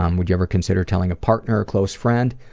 um would you ever consider telling a partner or close friend?